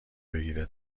بگیره